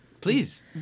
Please